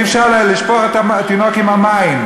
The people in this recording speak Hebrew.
אי-אפשר לשפוך את התינוק עם המים.